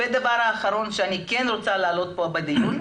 הדבר האחרון שאני רוצה להעלות בדיון,